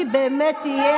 מי באמת יהיה